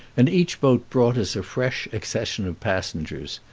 and each boat brought us a fresh accession of passengers.